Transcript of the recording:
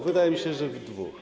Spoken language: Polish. Wydaje mi się, że w dwóch.